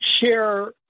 share